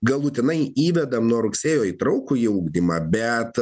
galutinai įvedame nuo rugsėjo įtrauktų į ugdymą bet